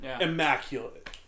immaculate